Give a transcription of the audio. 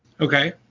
Okay